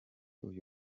uyu